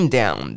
down